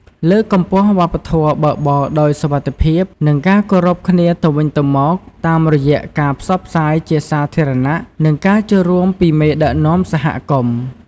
លើកកម្ពស់ វប្បធម៌បើកបរដោយសុវត្ថិភាព និងការគោរពគ្នាទៅវិញទៅមក តាមរយៈការផ្សព្វផ្សាយជាសាធារណៈ និងការចូលរួមពីមេដឹកនាំសហគមន៍។